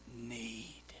need